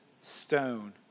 stone